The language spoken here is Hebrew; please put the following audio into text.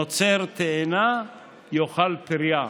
נוצר תאנה יאכל פרייה.